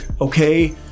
okay